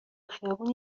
خیابون